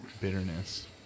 bitterness